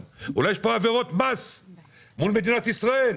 אולי יש פה עבירות מס מול מדינת ישראל.